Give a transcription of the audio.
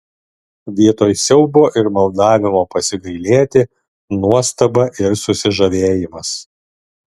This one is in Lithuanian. vietoj siaubo ir maldavimo pasigailėti nuostaba ir susižavėjimas